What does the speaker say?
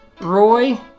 Roy